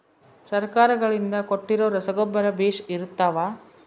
ಸರ್ಕಾರಗಳಿಂದ ಕೊಟ್ಟಿರೊ ರಸಗೊಬ್ಬರ ಬೇಷ್ ಇರುತ್ತವಾ?